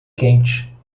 quente